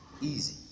easy